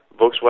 Volkswagen